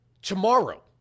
Tomorrow